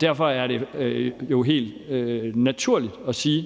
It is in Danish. Derfor er det jo helt naturligt at sige: